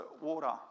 water